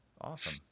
awesome